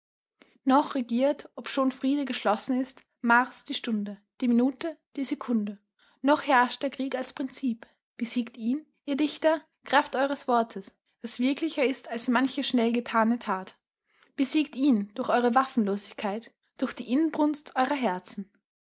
noch regiert obschon friede geschlossen ist mars die stunde die minute die sekunde noch herrscht der krieg als prinzip besiegt ihn ihr dichter kraft eures wortes das wirklicher ist als manche schnell getane tat besiegt ihn durch eure waffenlosigkeit durch die inbrunst eurer herzen